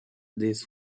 this